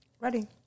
Ready